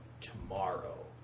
tomorrow